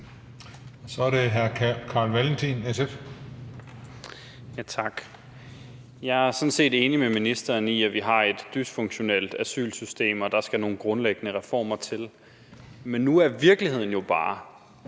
SF. Kl. 22:01 Carl Valentin (SF): Tak. Jeg er sådan set enig med ministeren i, at vi har et dysfunktionelt asylsystem, og at der skal nogle grundlæggende reformer til. Men nu er virkeligheden jo bare,